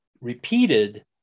repeated